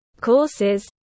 courses